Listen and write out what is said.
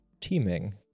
*Teaming*